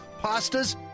pastas